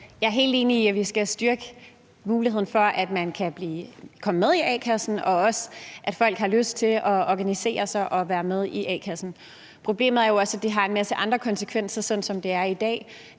Jeg er helt enig i, at vi skal styrke muligheden for, at man kan komme med i a-kassen, og også for, at folk har lyst til at organisere sig og være med i a-kassen. Problemet er jo også, at det har en masse andre konsekvenser, sådan som det er i dag.